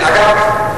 אגב,